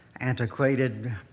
antiquated